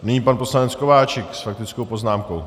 Nyní pan poslanec Kováčik s faktickou poznámkou.